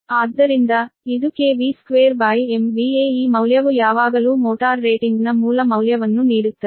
ಆದ್ದರಿಂದ ಇದು2MVAಈ ಮೌಲ್ಯವು ಯಾವಾಗಲೂ ಮೋಟಾರ್ ರೇಟಿಂಗ್ನ ಮೂಲ ಮೌಲ್ಯವನ್ನು ನೀಡುತ್ತದೆ